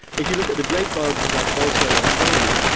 if you look at the great biographers like boswell or ellman,